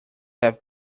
have